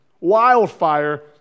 wildfire